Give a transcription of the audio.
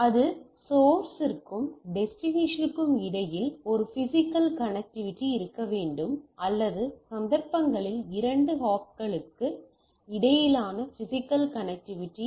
இது சோர்ஸிற்கும் டெஸ்டினேஷனிற்கும் இடையில் ஒரு பிசிக்கல் கனெக்டிவிட்டி இருக்க வேண்டும் அல்லது சந்தர்ப்பங்களில் இரண்டு ஹாப்ஸ்களுக்கு இடையிலான பிசிக்கல் கனெக்டிவிட்டி